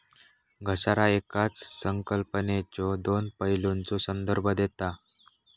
घसारा येकाच संकल्पनेच्यो दोन पैलूंचा संदर्भ देता